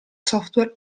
software